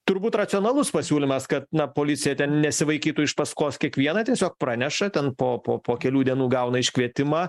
turbūt racionalus pasiūlymas kad na policija ten nesivaikytų iš paskos kiekvieną tiesiog praneša ten po po po kelių dienų gauna iškvietimą